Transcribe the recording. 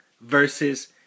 versus